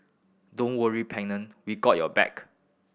don't worry Pennant we got your back